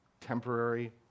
temporary